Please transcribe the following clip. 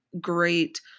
great